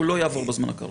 הוא לא יעבור בזמן הקרוב.